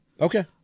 Okay